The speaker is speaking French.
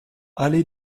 allée